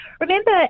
remember